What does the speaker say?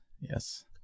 yes